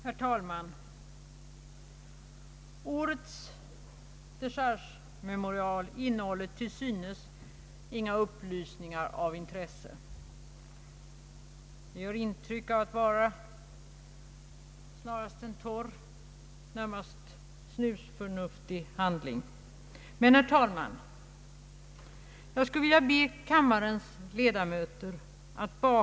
Herr talman! Årets dechargememorial innehåller till synes inga upplysningar av intresse. Det gör intryck av att vara endast en torr och närmast snusförnuftig handling. Men jag skulle vilja be kammarens ledamöter att bak Ang.